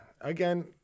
again